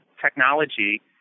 technology